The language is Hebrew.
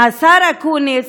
מהשר אקוניס,